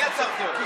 אני עצרתי אותו.